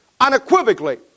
unequivocally